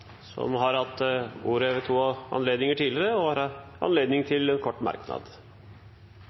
har hatt ordet to ganger tidligere og får ordet til en kort merknad,